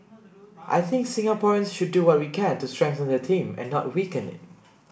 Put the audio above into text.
I think Singaporeans should do what we can to strengthen that team and not weaken it